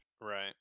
Right